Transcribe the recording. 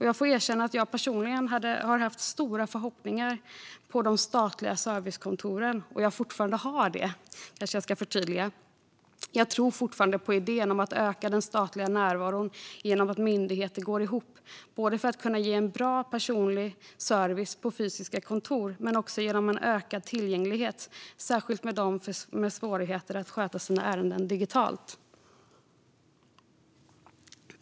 Jag får erkänna att jag personligen har haft - och fortfarande har - stora förhoppningar på de statliga servicekontoren. Jag tror fortfarande på idén om att öka den statliga närvaron genom att myndigheter går ihop för att kunna ge bra personlig service på fysiska kontor och även erbjuda ökad tillgänglighet, särskilt för dem med svårigheter att sköta sina ärenden digitalt.